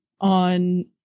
on